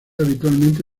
habitualmente